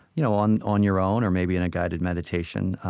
you know on on your own or maybe in a guided meditation,